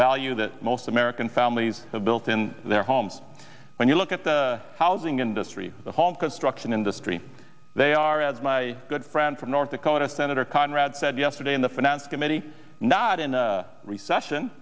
value that most american families have built in their homes when you look at the housing industry the home construction industry they are as my good friend from north dakota senator conrad said yesterday in the finance committee not in a recession